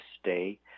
stay